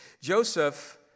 Joseph